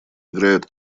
играют